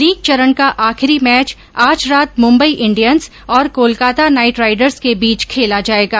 league चरण का आखिरी मैच आज रात मुम्बई इंडियंस और कोलकाता नाईटराईडर्स के बीच खेला जायेगा